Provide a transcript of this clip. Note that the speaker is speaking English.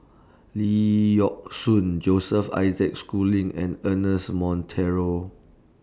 Lee Yock Suan Joseph Isaac Schooling and Ernest Monteiro